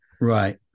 Right